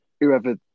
whoever